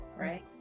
Right